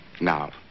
Now